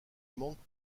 manquent